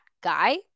guy